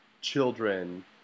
children